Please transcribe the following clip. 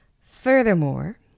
Furthermore